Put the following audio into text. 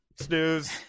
Snooze